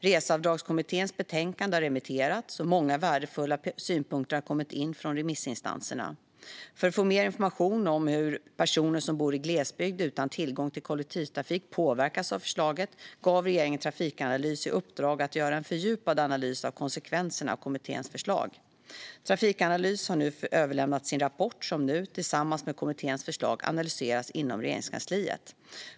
Reseavdragskommitténs betänkande har remitterats, och många värdefulla synpunkter har kommit in från remissinstanserna. För att få mer information om hur personer som bor i glesbygd utan tillgång till kollektivtrafik påverkas av förslaget gav regeringen Trafikanalys i uppdrag att göra en fördjupad analys av konsekvenserna av kommitténs förslag. Trafikanalys har överlämnat sin rapport som nu, tillsammans med kommitténs förslag, analyseras inom Regeringskansliet.